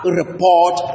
report